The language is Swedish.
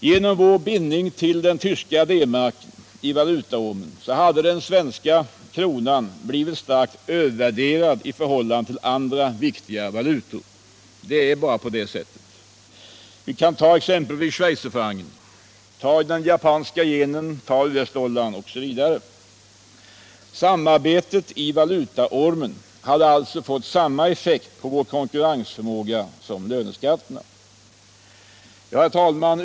Genom vår bindning till den tyska marken i valutaormen hade den svenska kronan blivit starkt övervärderad i förhållande till andra viktiga valutor. Man kan nämna schweizerfrancen, den japanska yenen, USA-dollarn m.fl. Ett fortsatt samarbete i valutaormen skulle alltså ha fått samma effekt på vår konkurrensförmåga som löneskatterna. Herr talman!